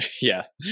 Yes